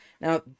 Now